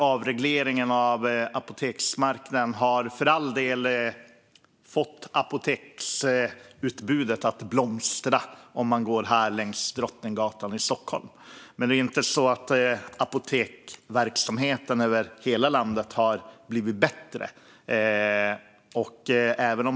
Avregleringen av apoteksmarknaden har för all del fått apoteksutbudet att blomstra här längs Drottninggatan i Stockholm, men det är inte så att apoteksverksamheten i hela landet har blivit bättre.